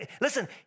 Listen